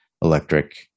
electric